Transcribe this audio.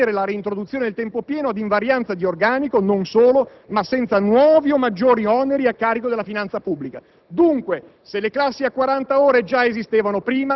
Perché l'articolo 1 prevede che avvenga la reintroduzione del tempo pieno ad invarianza di organico, non solo, ma senza nuovi o maggiori oneri a carico della finanza pubblica.